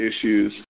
issues